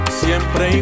siempre